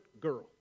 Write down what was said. girl